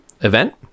event